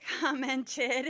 commented